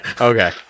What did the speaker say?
okay